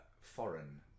foreign